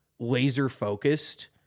laser-focused